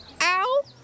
Ow